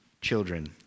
children